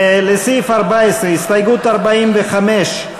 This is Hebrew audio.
לסעיף 14, הסתייגות 45,